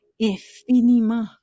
infiniment